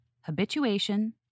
Habituation